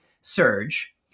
surge